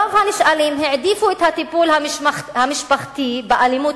רוב הנשאלים העדיפו את הטיפול המשפחתי באלימות